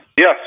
Yes